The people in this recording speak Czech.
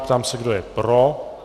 Ptám se, kdo je pro.